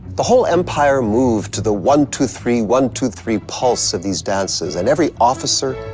the whole empire moved to the one two three, one two three pulse of these dances, and every officer,